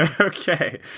Okay